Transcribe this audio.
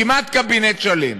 כמעט קבינט שלם.